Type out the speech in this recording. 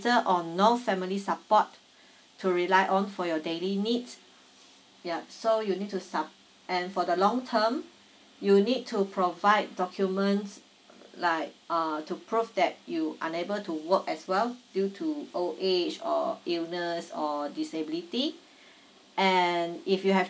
or no family support to rely on for your daily needs yup so you need to submit and for the long term you need to provide documents like err to prove that you unable to work as well due to old age or illness or disability and if you have